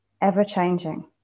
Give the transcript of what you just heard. ever-changing